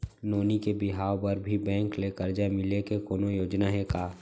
नोनी के बिहाव बर भी बैंक ले करजा मिले के कोनो योजना हे का?